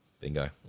Bingo